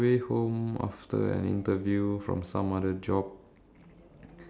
doing something where people don't want me to